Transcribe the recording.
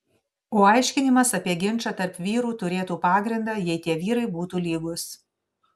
o aiškinimas apie ginčą tarp vyrų turėtų pagrindą jei tie vyrai būtų lygūs